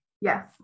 Yes